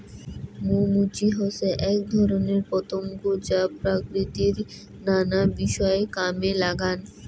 মৌ মুচি হসে আক ধরণের পতঙ্গ যা প্রকৃতির নানা বিষয় কামে লাগাঙ